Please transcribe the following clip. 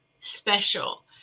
special